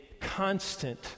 constant